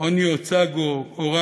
איניו צגאו,